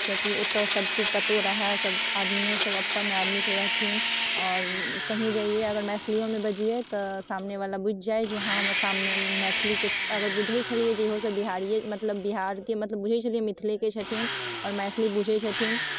कियाकि ओतऽ सबचीज पतो रहै सब आदमिओसब अपन आदमीसब रहथिन आओर कहीँ जइए अगर मैथिलिओमे बजिए तऽ सामनेवला बुझि जाइ जे हँ हमर सामने मैथिलीके अगर बुझै छलिए जे ईहोसब बिहारिए मतलब बिहारके मतलब बुझै छलिए जे मिथिलेके छथिन आओर मैथिली बुझै छथिन